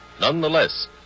Nonetheless